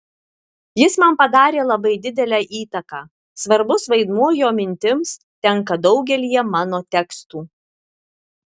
jis man padarė labai didelę įtaką svarbus vaidmuo jo mintims tenka daugelyje mano tekstų